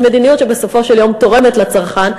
היא מדיניות שבסופו של יום תורמת לצרכן.